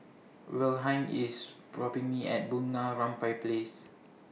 Wilhelm IS dropping Me At Bunga Rampai Place